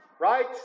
Right